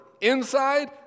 inside